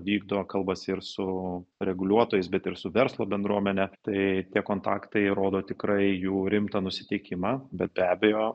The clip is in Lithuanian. vykdo kalbasi ir su reguliuotojais bet ir su verslo bendruomene tai tie kontaktai rodo tikrai jų rimtą nusiteikimą bet be abejo